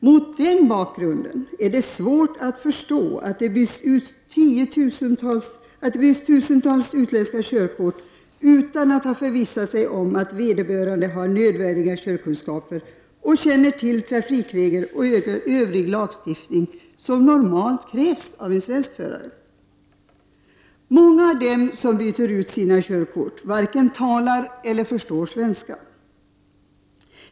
Mot den bakgrunden är det svårt att förstå att det byts ut tusentals utländska körkort utan att man förvissat sig om att vederbörande har nödvändiga körkunskaper och känner till trafikregler och övrig lagstiftning, vilket normalt krävs av en svensk förare. Många av dem som byter ut sina körkort varken talar eller förstår svenska.